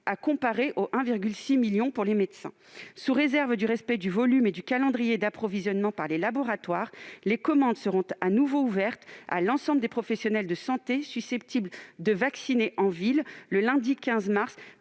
à comparer aux 1,6 million de doses pour les médecins. Sous réserve du respect du volume et du calendrier d'approvisionnement par les laboratoires, les commandes seront de nouveau ouvertes à l'ensemble des professionnels de santé susceptibles de vacciner en ville le lundi 15 mars,